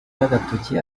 agatoki